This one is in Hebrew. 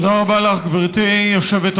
תודה רבה לך, גברתי היושבת-ראש.